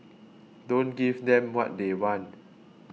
don't give them what they want